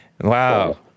Wow